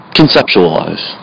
conceptualize